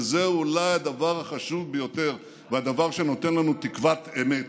וזה אולי הדבר החשוב ביותר והדבר שנותן לנו תקוות אמת.